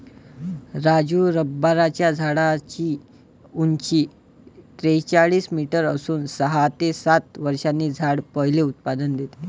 राजू रबराच्या झाडाची उंची त्रेचाळीस मीटर असून सहा ते सात वर्षांनी झाड पहिले उत्पादन देते